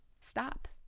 stop